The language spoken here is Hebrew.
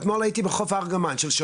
שלשום הייתי בחוף ארגמן.